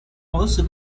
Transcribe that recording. also